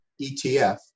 ETF